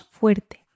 fuerte